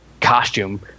costume